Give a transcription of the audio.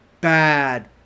bad